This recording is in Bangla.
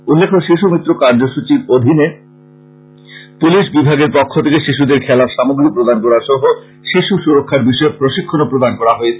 উল্লেখ্য শিশু মিত্র কার্য্যসূচীর অধিনে পুলিশ বিভাগের পক্ষ থেকে শিশুদের খেলার সামগ্রী প্রদান করা সহ শিশু সুরক্ষার বিষয়ে প্রশিক্ষনও দেওয়া হয়েছে